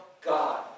God